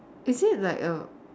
is it like a